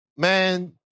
Man